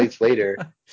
later